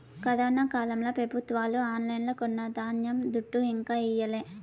corona కాలంల పెబుత్వాలు ఆన్లైన్లో కొన్న ధాన్యం దుడ్డు ఇంకా ఈయలే